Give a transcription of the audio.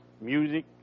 music